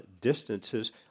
distances